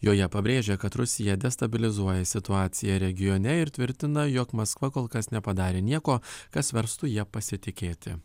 joje pabrėžė kad rusija destabilizuoja situaciją regione ir tvirtina jog maskva kol kas nepadarė nieko kas verstų ja pasitikėti